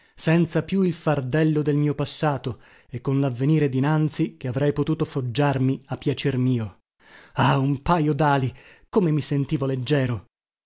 senza più il fardello del mio passato e con lavvenire dinanzi che avrei potuto foggiarmi a piacer mio ah un pajo dali come mi sentivo leggero